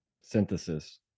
synthesis